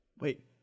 Wait